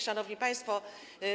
Szanowni Państwo!